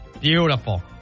Beautiful